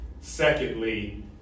Secondly